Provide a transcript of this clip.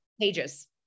pages